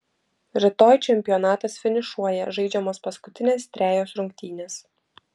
rytoj čempionatas finišuoja žaidžiamos paskutinės trejos rungtynės